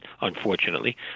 unfortunately